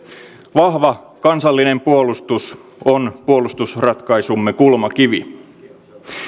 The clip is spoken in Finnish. vahva kansallinen puolustus on puolustusratkaisumme kulmakivi